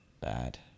bad